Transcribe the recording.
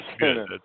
good